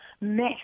mess